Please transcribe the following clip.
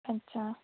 अच्छा